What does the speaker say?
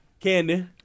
Candy